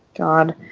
god.